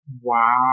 Wow